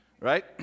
right